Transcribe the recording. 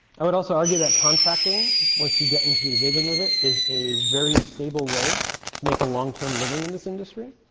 i would also argue that contracting, once you get into the rhythm of it, is a very stable way to make a long-term living in this industry.